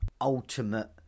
ultimate